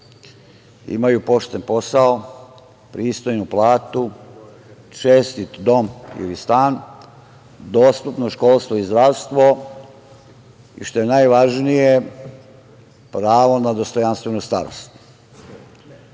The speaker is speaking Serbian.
imaju pošten posao, pristojnu platu, čestit dom ili stan, dostupno školstvo i zdravstvo, i što je najvažnije, pravo na dostojanstvenu starost.